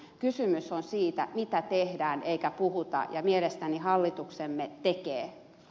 kysymys on siitä mitä tehdään eikä puhuta ja mielestäni hallituksemme tekee